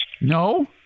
No